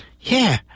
Yeah